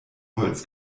holz